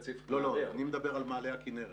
אני מדבר על מעלה הכנרת.